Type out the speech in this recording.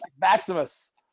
Maximus